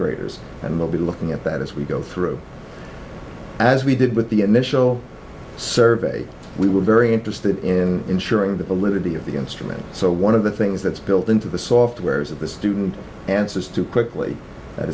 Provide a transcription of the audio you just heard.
graders and we'll be looking at that as we go through as we did with the initial survey we were very interested in ensuring the validity of the instrument so one of the things that's built into the software is that the student answers to quickly that